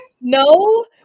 No